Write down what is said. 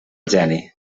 geni